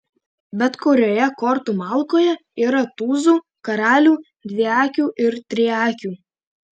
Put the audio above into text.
bet kurioje kortų malkoje yra tūzų karalių dviakių ir triakių